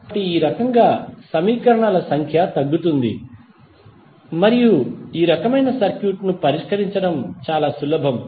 కాబట్టి ఈ కారణంగా సమీకరణాల సంఖ్య తగ్గుతుంది మరియు ఈ రకమైన సర్క్యూట్ ను పరిష్కరించడం చాలా సులభం